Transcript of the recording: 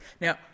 now